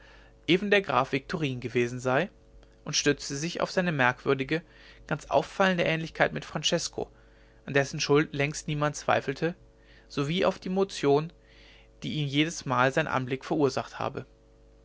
eben der graf viktorin gewesen sei und stützte sich auf seine merkwürdige ganz auffallende ähnlichkeit mit francesko an dessen schuld längst niemand zweifelte sowie auf die motion die ihr jedesmal sein anblick verursacht habe